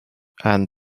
and